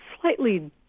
slightly